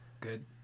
Good